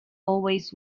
always